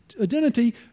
identity